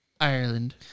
Ireland